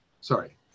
Sorry